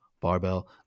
barbell